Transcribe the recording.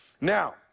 Now